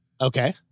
Okay